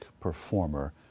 performer